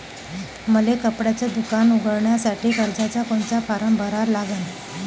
मले कपड्याच दुकान उघडासाठी कर्जाचा कोनचा फारम भरा लागन?